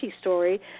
story